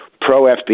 pro-FBI